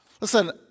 Listen